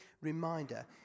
reminder